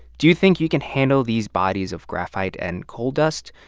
do you think you can handle these bodies of graphite and coal dust?